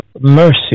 mercy